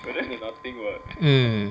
mm